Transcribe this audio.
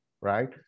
right